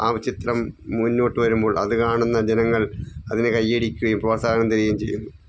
ആ ചിത്രം മുന്നോട്ടു വരുമ്പോൾ അതു കാണുന്ന ജനങ്ങൾ അതിനു കയ്യടിക്കുകയും പ്രോത്സാഹനം തരികയും ചെയ്യുന്നു